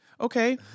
Okay